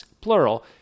plural